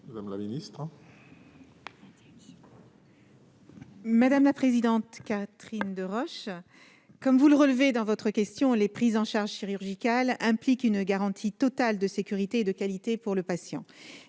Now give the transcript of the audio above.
Mme la ministre déléguée. Madame la présidente Catherine Deroche, comme vous le relevez dans votre question, les prises en charge chirurgicales impliquent une garantie totale de sécurité et de qualité pour le patient.